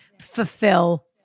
fulfill